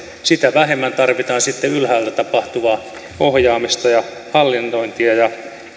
sitä vähemmän tarvitaan sitten ylhäältä tapahtuvaa ohjaamista ja hallinnointia ja